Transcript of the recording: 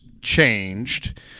changed